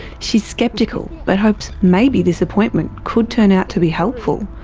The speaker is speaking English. she's skeptical but hopes maybe this appointment could turn out to be helpful?